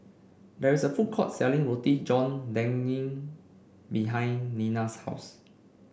there is a food court selling Roti John Daging behind Nina's house